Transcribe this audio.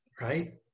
right